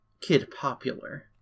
kid-popular